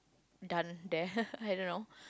done there I don't know